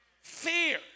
Fear